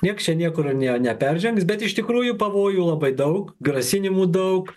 niekšę niekur neperžengs bet iš tikrųjų pavojų labai daug grasinimų daug